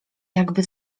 jakby